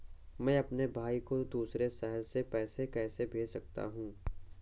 मैं अपने भाई को दूसरे शहर से पैसे कैसे भेज सकता हूँ?